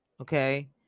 Okay